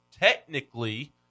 technically